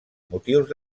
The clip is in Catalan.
motius